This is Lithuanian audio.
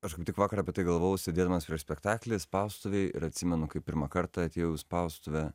aš kaip tik vakar apie tai galvojau sėdėdamas prieš spektaklį spaustuvėj ir atsimenu kai pirmą kartą atėjau į spaustuvę